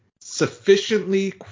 sufficiently